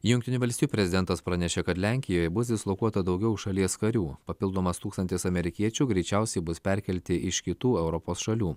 jungtinių valstijų prezidentas pranešė kad lenkijoje bus dislokuota daugiau šalies karių papildomas tūkstantis amerikiečių greičiausiai bus perkelti iš kitų europos šalių